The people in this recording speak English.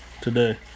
today